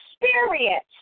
experience